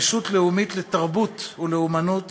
רשות לאומית לתרבות ולאמנות